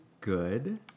good